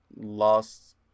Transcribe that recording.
lost